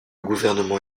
gouvernement